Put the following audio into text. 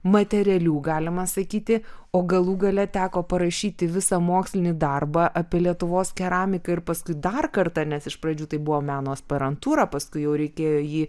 materialių galima sakyti o galų gale teko parašyti visą mokslinį darbą apie lietuvos keramiką ir paskui dar kartą nes iš pradžių tai buvo meno aspirantūra paskui jau reikėjo jį